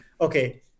okay